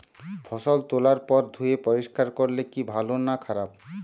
ফসল তোলার পর ধুয়ে পরিষ্কার করলে কি ভালো না খারাপ?